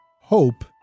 Hope